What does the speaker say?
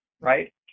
right